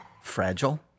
fragile